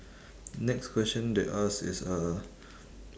next question they ask is uh